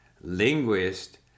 linguist